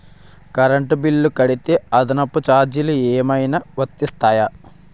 Current bill కడితే అదనపు ఛార్జీలు ఏమైనా వర్తిస్తాయా?